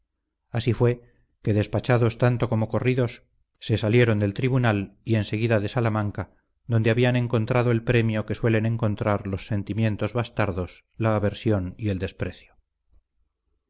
así fue que despechados tanto como corridos se salieron del tribunal y enseguida de salamanca donde habían encontrado el premio que suelen encontrar los sentimientos bastardos la aversión y el desprecio